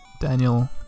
Daniel